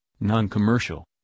Non-Commercial